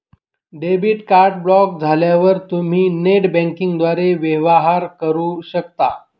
debit card block झाल्यावर तुम्ही net बँकिंगद्वारे वेवहार करू शकता